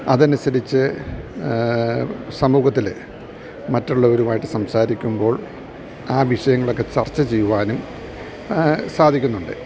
അതനുസരിച്ച് സമൂഹത്തില് മറ്റുള്ളവരുമായിട്ട് സംസാരിക്കുമ്പോൾ ആ വിഷയങ്ങളൊക്കെ ചർച്ച ചെയ്യുവാനും സാധിക്കുന്നുണ്ട്